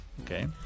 Okay